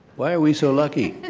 why are we so lucky?